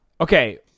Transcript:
okay